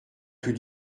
plus